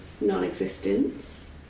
non-existence